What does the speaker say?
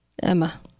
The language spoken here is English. Emma